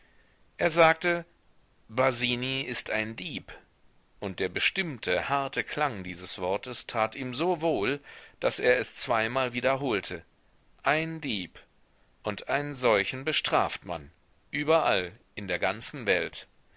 er sagte basini ist ein dieb und der bestimmte harte klang dieses wortes tat ihm so wohl daß er es zweimal wiederholte ein dieb und einen solchen bestraft man überall in der ganzen welt